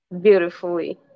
beautifully